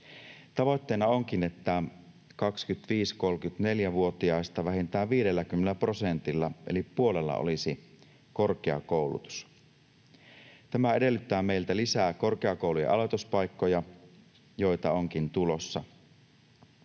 Tavoitteena onkin, että 25—34-vuotiaista vähintään 50 prosentilla eli puolella olisi korkeakoulutus. Tämä edellyttää meiltä lisää korkeakoulujen aloituspaikkoja, joita onkin tulossa.